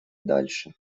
дальше